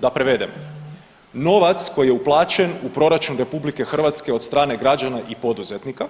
Da prevedem, novac koji je uplaćen u proračun RH od strane građana i poduzetnika,